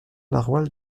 narwal